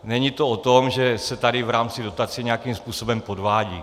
Není to o tom, že se tady v rámci dotace nějakým způsobem podvádí.